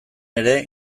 ere